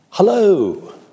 Hello